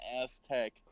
aztec